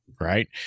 Right